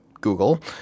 Google